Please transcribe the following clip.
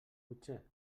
potser